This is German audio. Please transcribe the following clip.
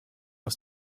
aus